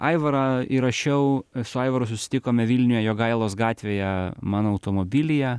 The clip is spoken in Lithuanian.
aivarą įrašiau su aivaru susitikome vilniuje jogailos gatvėje mano automobilyje